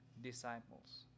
disciples